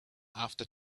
after